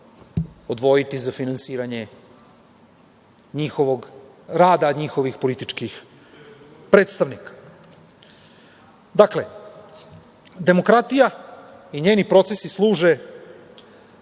odvojiti za finansiranje njihovog rada njihovih političkih predstavnika. Dakle, demokratija i njeni procesi služe